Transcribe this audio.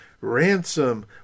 ransom